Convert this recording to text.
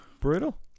brutal